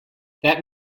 that